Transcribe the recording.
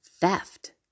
Theft